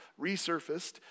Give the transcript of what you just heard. resurfaced